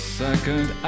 second